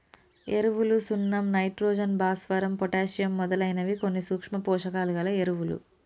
ఎరువులు సున్నం నైట్రోజన్, భాస్వరం, పొటాషియమ్ మొదలైనవి కొన్ని సూక్ష్మ పోషకాలు గల ఎరువులు